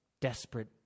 desperate